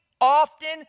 often